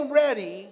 ready